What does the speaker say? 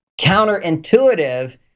counterintuitive